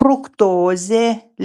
fruktozė